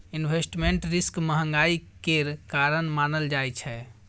investment risk महंगाई केर कारण मानल जाइ छै